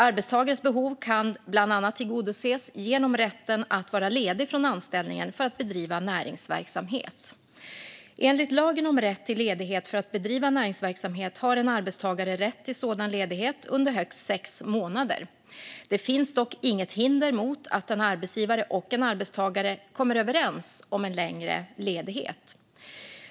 Arbetstagares behov kan bland annat tillgodoses genom rätten att vara ledig från anställningen för att bedriva näringsverksamhet. Enligt lagen om rätt till ledighet för att bedriva näringsverksamhet har en arbetstagare rätt till sådan ledighet under högst sex månader. Det finns dock inget hinder för att en arbetsgivare och en arbetstagare kommer överens om en längre ledighet.